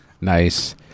Nice